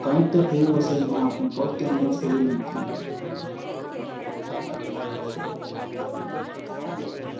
કંઈક તો થયું હશે એના હાથમાં તો જ તો એને છોડી મૂક્યું